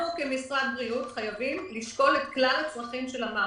אנחנו כמשרד בריאות חייבים לשקול את כלל הצרכים של המערכת.